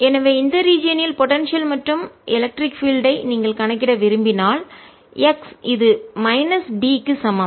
எனவே இந்த ரீஜியன் இல் போடன்சியல் மற்றும் எலக்ட்ரிக் பீல்ட் ஐ மின்சார புலத்தை நீங்கள் கணக்கிட விரும்பினால் x இது மைனஸ் d க்கு சமம்